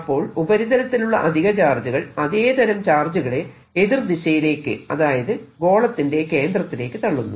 അപ്പോൾ ഉപരിതലത്തിലുള്ള അധിക ചാർജുകൾ അതെ തരം ചാർജുകളെ എതിർ ദിശയിലേക്കു അതായത് ഗോളത്തിന്റെ കേന്ദ്രത്തിലേക്ക് തള്ളുന്നു